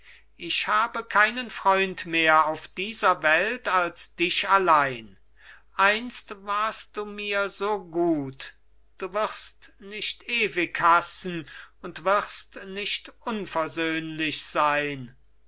ich habe keinen freund mehr auf dieser welt als dich allein einst warst du mir so gut du wirst nicht ewig hassen und wirst nicht unversöhnlich sein